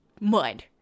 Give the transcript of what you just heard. mud